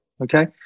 Okay